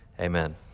amen